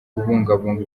kubungabunga